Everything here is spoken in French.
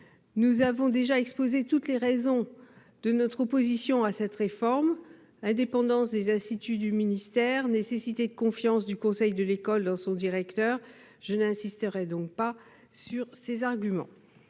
Nous avons déjà exposé toutes les raisons de notre opposition à une telle réforme : indépendance des instituts du ministère, nécessité de confiance du conseil de l'école dans son directeur ... Je n'insiste donc pas. L'amendement